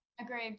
agreed